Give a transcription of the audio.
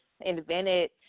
invented